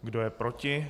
Kdo je proti?